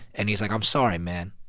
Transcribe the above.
and he's like, i'm sorry, man.